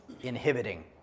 inhibiting